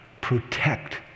Protect